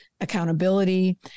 accountability